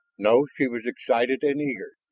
no, she was excited and eager.